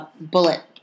bullet